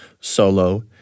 solo